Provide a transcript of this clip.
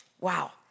Wow